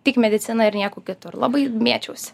tik medicina ir niekur kitur labai mėčiausi